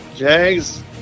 Jags